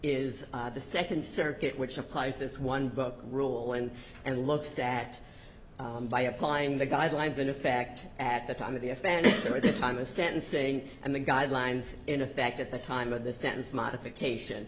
is the second circuit which applies this one book rule and and look sat by applying the guidelines in effect at the time of the offense or the time of sentencing and the guidelines in effect at the time of the sentence modification